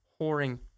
whoring